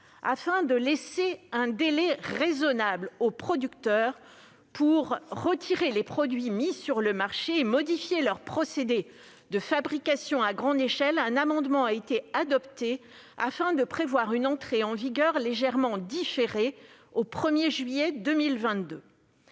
Afin de laisser un délai raisonnable aux producteurs pour retirer les produits mis sur le marché et modifier leurs procédés de fabrication à grande échelle, un amendement a été adopté visant à prévoir une entrée en vigueur légèrement différée au 1 juillet 2022.